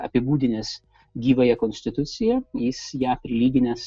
apibūdinęs gyvąją konstituciją jis ją prilyginęs